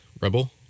Rebel